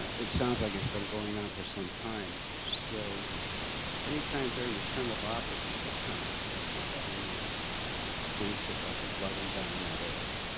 it sounds like it's been going on for some time, so any time during the term of office of this council, has there been any complaints about the flooding down in that area?